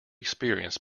experienced